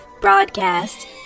broadcast